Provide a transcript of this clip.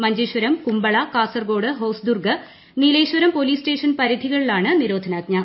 Manjeshwaram Kumbla Kasaragod Hosdurg Nileshwaram police station പരിധികളിലാണ് നിരോധനാജ്ഞ